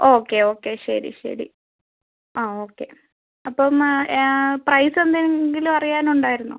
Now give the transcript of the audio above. okay okay ശരി ശരി ആ ഓക്കെ അപ്പം പ്രൈസ് എന്തെങ്കിലും അറിയാൻ ഉണ്ടായിരുന്നോ